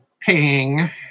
PING